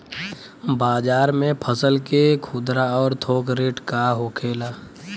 बाजार में फसल के खुदरा और थोक रेट का होखेला?